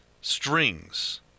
strings